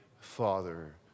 Father